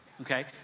Okay